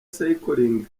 cycling